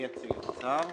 אני אציג את הצו.